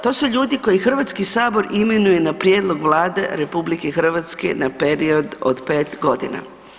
To su ljudi koji Hrvatski sabor imenuje na prijedlog Vlade RH na period od 5 godina.